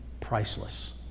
priceless